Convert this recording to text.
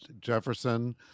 jefferson